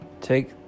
Take